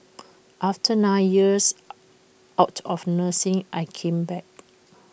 after nine years out of nursing I came back